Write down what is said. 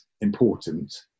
important